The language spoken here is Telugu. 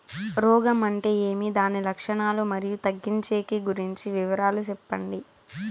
రోగం అంటే ఏమి దాని లక్షణాలు, మరియు తగ్గించేకి గురించి వివరాలు సెప్పండి?